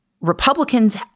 Republicans